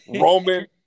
Roman